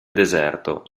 deserto